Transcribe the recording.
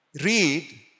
Read